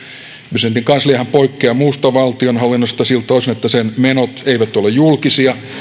presidentin kansliahan poikkeaa muusta valtionhallinnosta siltä osin että sen menot eivät ole julkisia